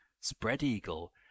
spread-eagle